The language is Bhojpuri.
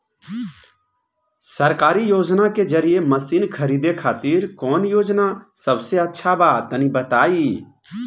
सरकारी योजना के जरिए मशीन खरीदे खातिर कौन योजना सबसे अच्छा बा तनि बताई?